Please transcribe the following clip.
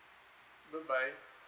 goodbye